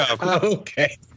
Okay